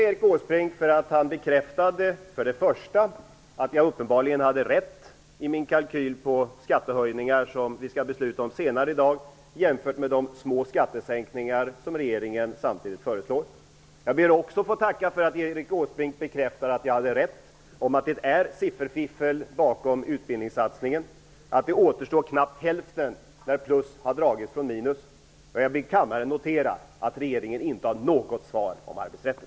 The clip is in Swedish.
Fru talman! Jag ber att få tacka Erik Åsbrink för att han bekräftar att jag uppenbarligen hade rätt i fråga om min kalkyl över skattehöjningar som vi senare i dag skall besluta om; detta jämfört med de små skattesänkningar som regeringen samtidigt föreslår. Jag ber också att få tacka för att Erik Åsbrink bekräftar att jag hade rätt i fråga om att det är sifferfiffel bakom utbildningssatsningen och att knappt hälften återstår när plus har dragits från minus. Jag ber kammaren att notera att regeringen inte har något svar om arbetsrätten.